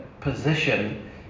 position